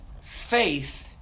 Faith